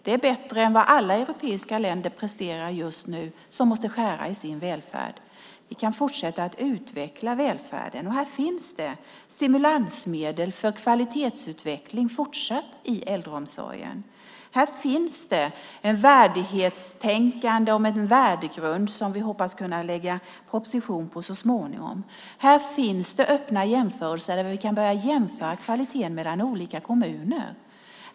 Det är bättre än vad alla andra europeiska länder presterar; de måste skära i sin välfärd. Vi kan fortsätta utveckla välfärden. Här finns fortsatt stimulansmedel för kvalitetsutveckling i äldreomsorgen. Här finns värdighetstänkande och en värdegrund som vi hoppas kunna lägga fram en proposition om så småningom. Här finns öppna jämförelser där vi kan börja jämföra kvaliteten mellan olika kommuner.